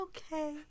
Okay